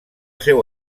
seu